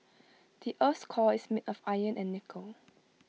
the Earth's core is made of iron and nickel